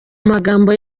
magambo